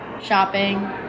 shopping